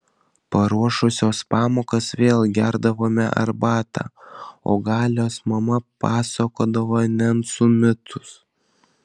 paruošusios pamokas vėl gerdavome arbatą o galios mama pasakodavo nencų mitus